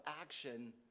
action